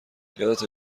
یادته